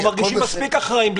אנחנו מרגישים מספיק אחראים,